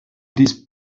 these